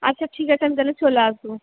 আচ্ছা ঠিক আছে আমি তাহলে চলে আসবো